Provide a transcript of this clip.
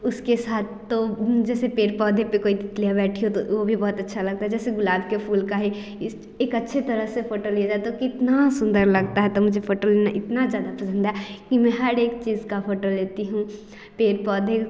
उसके साथ तो जैसे पेड़ पौधे पर कोई तितलियाँ बैठी हैं हो वह भी बहुत अच्छा लगता है जैसे गुलाब के फूल का है एक अच्छे तरह से फोटो लिया जाए तो कितना सुंदर लगता है तो मुझे फोटो लेना इतना ज़्यादा पसंद है कि मैं हर एक चीज़ की फोटो लेती हूँ पेड़ पौधे